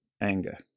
anger